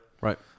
Right